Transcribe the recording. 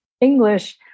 English